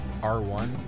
R1